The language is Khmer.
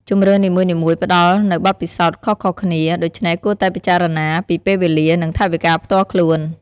ជម្រើសនីមួយៗផ្តល់នូវបទពិសោធន៍ខុសៗគ្នា ដូច្នេះគួរតែពិចារណាពីពេលវេលា និងថវិកាផ្ទាល់ខ្លួន។